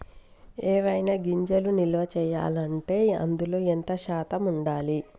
ఏవైనా గింజలు నిల్వ చేయాలంటే అందులో ఎంత శాతం ఉండాలి?